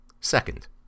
Second